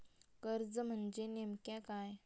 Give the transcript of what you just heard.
कर्ज म्हणजे नेमक्या काय?